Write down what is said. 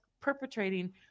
perpetrating